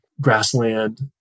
grassland